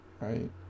right